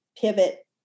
pivot